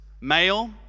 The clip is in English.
male